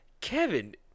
Kevin